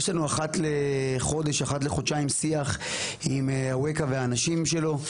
יש לנו אחת לחודשיים או אחת לחודשיים שיח עם אווקה והאנשים שלו.